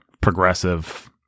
progressive